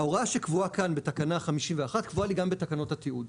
ההוראה שקבועה כאן בתקנה 51 קבועה לי גם בתקנות התיעוד.